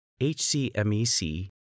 HCMEC